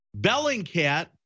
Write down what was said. Bellingcat